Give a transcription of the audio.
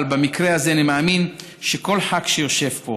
אבל במקרה הזה אני מאמין שכל ח"כ שיושב פה